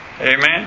Amen